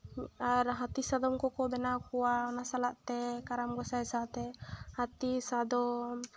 ᱟᱨ ᱦᱟᱹᱛᱤ ᱥᱟᱫᱚᱢ ᱠᱚᱠᱚ ᱵᱮᱱᱟᱣ ᱠᱚᱣᱟ ᱚᱱᱟ ᱥᱟᱞᱟᱜ ᱛᱮ ᱠᱟᱨᱟᱢ ᱜᱚᱸᱥᱟᱭ ᱥᱟᱶᱛᱮ ᱦᱟᱹᱛᱤ ᱥᱟᱫᱚᱢ